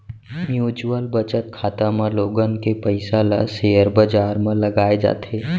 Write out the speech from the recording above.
mutual बचत खाता म लोगन के पइसा ल सेयर बजार म लगाए जाथे